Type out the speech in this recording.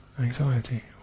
anxiety